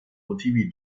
motivi